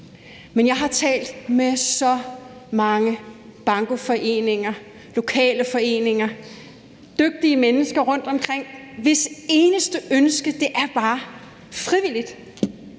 Men jeg har talt med så mange bankoforeninger, lokale foreninger, dygtige mennesker rundtomkring, hvis eneste ønske bare er frivilligt